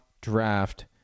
draft